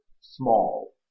small